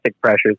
pressures